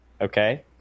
Okay